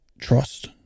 trust